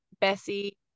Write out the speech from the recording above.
Bessie